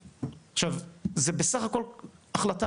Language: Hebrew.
עכשיו, זה בסך הכול החלטה.